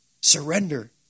Surrender